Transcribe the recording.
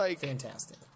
fantastic